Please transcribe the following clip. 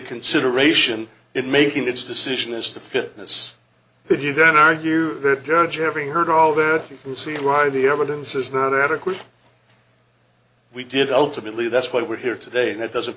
consideration in making its decision as to fitness would you then argue that judge having heard all that you can see why the evidence is not adequate we did ultimately that's why we're here today that doesn't